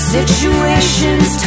Situation's